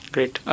Great